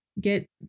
get